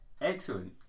excellent